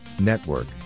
Network